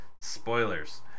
Spoilers